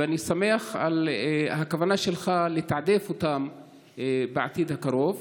ואני שמח על הכוונה שלך לתעדף אותם בעתיד הקרוב.